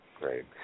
Great